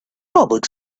public